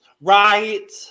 Right